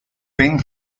ven